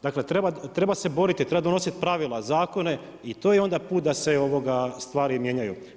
Dakle treba se boriti, treba donositi pravila, zakone i to je onda put da se stvari mijenjaju.